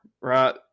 right